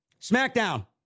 SmackDown